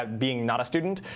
um being not a student.